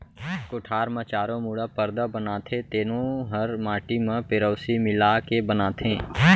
कोठार म चारों मुड़ा परदा बनाथे तेनो हर माटी म पेरौसी मिला के बनाथें